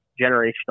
generational